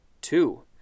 Two